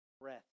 breath